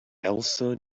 elsa